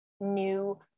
new